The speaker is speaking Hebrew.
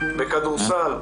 בכדורסל,